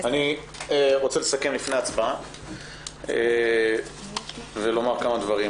אני רוצה לסכם לפני הצבעה, ולומר כמה דברים.